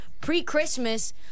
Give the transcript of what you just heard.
pre-Christmas